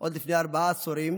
עוד לפני ארבעה עשורים,